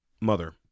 mother